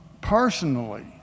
personally